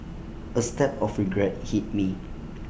A stab of regret hit me